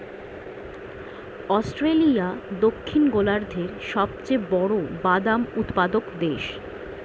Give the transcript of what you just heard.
Australia দক্ষিণ গোলার্ধের সবচেয়ে বড় বাদাম উৎপাদক দেশ